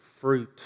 fruit